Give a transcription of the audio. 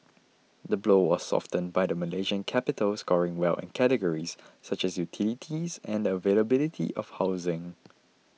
the blow was softened by the Malaysian capital scoring well in categories such as utilities and the availability of housing